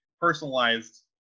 personalized